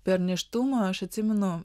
per nėštumą aš atsimenu